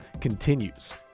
continues